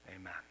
Amen